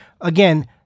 again